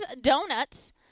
Donuts